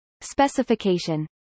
Specification